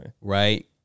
Right